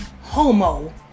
homo